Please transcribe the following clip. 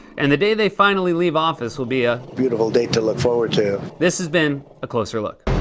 and the day they finally leave office will be a. beautiful day to look forward to. this has been a closer look.